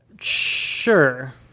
Sure